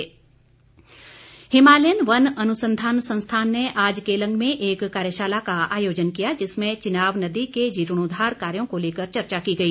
कार्यशाला हिमालयन वन अनुसंधान संस्थान ने आज केलंग में एक कार्यशाला का आयोजन किया जिसमें चिनाव नदी के जीर्णोद्वार कार्यों को लेकर चर्चा की गई